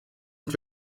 und